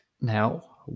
now